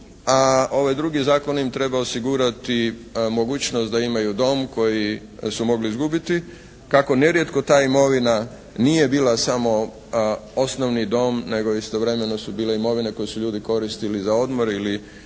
a ovaj drugi zakon im treba osigurati mogućnost da imaju dom koji su mogli izgubiti. Kako nerijetko ta imovna nije bila samo osnovni dom nego istovremeno su bile imovine koje su ljudi koristili za odmor ili